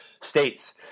states